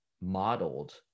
modeled